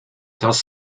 does